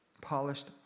Polished